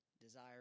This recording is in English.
desire